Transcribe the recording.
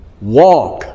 Walk